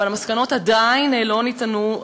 אבל המסקנות עדיין לא ניתנו,